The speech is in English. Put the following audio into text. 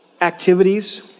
activities